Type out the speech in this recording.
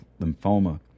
lymphoma